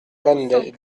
cosne